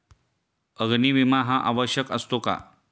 अग्नी विमा हा आवश्यक असतो का?